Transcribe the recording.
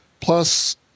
plus